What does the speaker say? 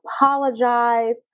apologize